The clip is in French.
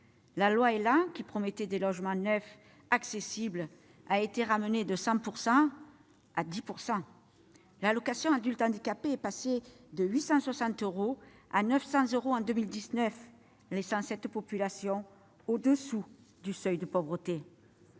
la loi ÉLAN qui promettait des logements neufs accessibles a été ramené de 100 % à 10 %. L'allocation aux adultes handicapés est passée de 860 euros à 900 euros en 2019, laissant cette population au-dessous du seuil de pauvreté.